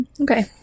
Okay